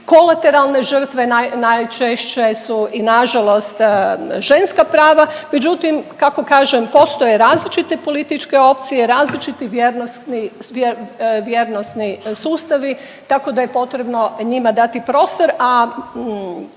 Kolateralne žrtve najčešće su i na žalost ženska prava, međutim kako kažem postoje različite političke opcije, različiti vrijednosni sustavi tako da je potrebno njima dati prostor,